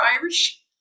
Irish